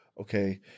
okay